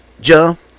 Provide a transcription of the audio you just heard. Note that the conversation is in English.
jump